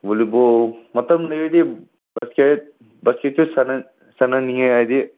volleyball ꯃꯇꯝ ꯂꯩꯔꯗꯤ basket ꯕꯥꯁꯀꯦꯠꯁꯨ ꯁꯥꯟꯅ ꯁꯥꯟꯅꯅꯤꯡꯉꯦ ꯍꯥꯏꯗꯤ